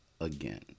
again